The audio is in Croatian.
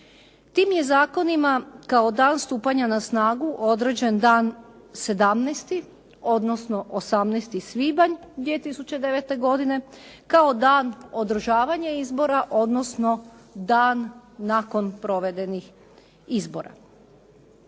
Tim je zakonima kao dan stupanja na snagu određen dan 17., odnosno 18. svibanj 2009. godine kao dan održavanja izbora, odnosno dan nakon provedenih izbora.